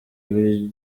ibiryo